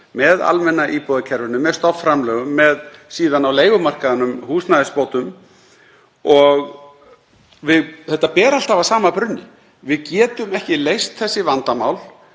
með almenna íbúðakerfinu, með stofnframlögum og á leigumarkaðinum með húsnæðisbótum. Þetta ber allt að sama brunni. Við getum ekki leyst þessi vandamál